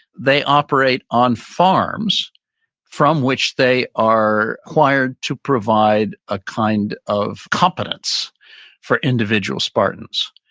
they operate on farms from which they are required to provide a kind of competence for individual spartans.